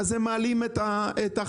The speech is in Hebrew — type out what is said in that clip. ואז הם מעלים את החניה,